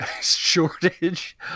shortage